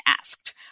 asked